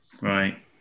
right